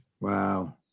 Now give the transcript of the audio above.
Wow